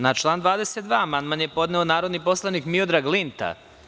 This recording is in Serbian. Na član 22. amandman je podneo narodni poslanik Miodrag Linta.